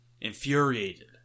infuriated